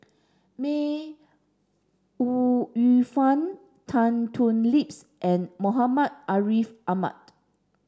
May Ooi Yu Fen Tan Thoon Lips and Muhammad Ariff Ahmad